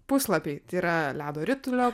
puslapiai tai yra ledo ritulio